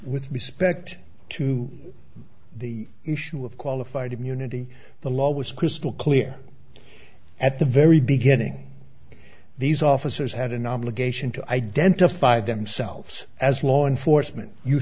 with respect to the issue of qualified immunity the law was crystal clear at the very beginning these officers had an obligation to identify themselves as law enforcement you